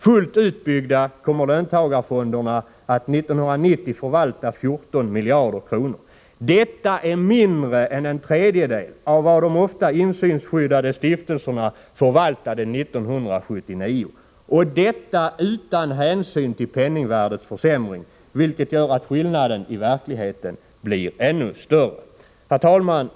Fullt utbyggda kommer löntagarfonderna att 1990 förvalta 14 miljarder kronor. Det är mindre än en tredjedel av vad de ofta insynsskyddade stiftelserna förvaltade 1979 — och detta utan hänsyn till penningvärdets försämring, vilket gör att skillnaden i verkligheten blir ännu större. Herr talman!